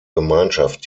gemeinschaft